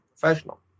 professional